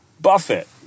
Buffett